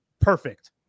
perfect